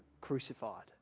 crucified